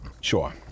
Sure